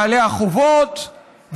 בעלי החובות,